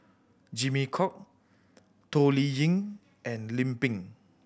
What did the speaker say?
Jimmy Chok Toh Liying and Lim Pin